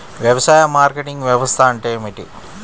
వ్యవసాయ మార్కెటింగ్ వ్యవస్థ అంటే ఏమిటి?